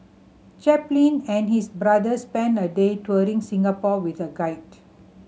Chaplin and his brother spent a day touring Singapore with a guide